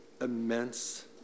immense